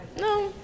No